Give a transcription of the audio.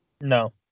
No